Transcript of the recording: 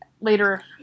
Later